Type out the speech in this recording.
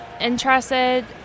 interested